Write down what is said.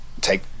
take